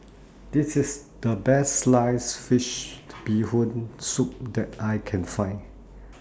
This IS The Best Sliced Fish Bee Hoon Soup that I Can Find